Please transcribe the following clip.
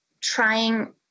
trying